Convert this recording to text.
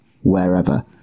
wherever